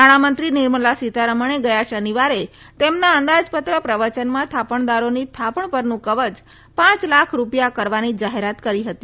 નાણાં મંત્રી નિર્મલા સીતારમણે ગયા શનિવારે તેમના અંદાજ પત્ર પ્રવચનમાં થાપણદારોની થાપણ પરનું કવય પાંચ લાખ રૂપિયા કરવાની જાહેરાત કરી હતી